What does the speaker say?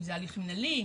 אם זה הליך מנהלי,